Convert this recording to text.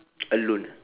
alone